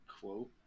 quote